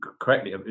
correctly